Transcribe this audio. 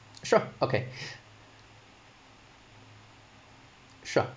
sure okay sure